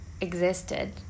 existed